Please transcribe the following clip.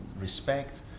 respect